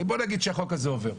בואו נגיד שהחוק הזה עובר.